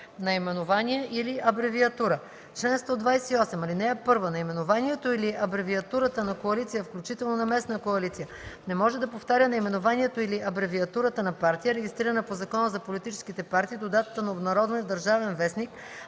„Наименование или абревиатура Чл. 128. (1) Наименованието или абревиатурата на коалиция, включително на местна коалиция, не може да повтаря наименованието или абревиатурата на партия, регистрирана по Закона за политическите партии до датата на обнародване в "Държавен вестник"